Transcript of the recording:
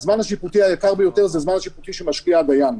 הזמן השיפוטי היקר ביותר זה הזמן השיפוטי שמשקיע הדיין.